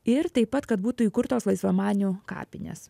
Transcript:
ir taip pat kad būtų įkurtos laisvamanių kapinės